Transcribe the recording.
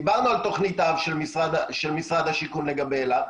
דיברנו על תוכנית האב של משרד השיכון לגבי אלעד.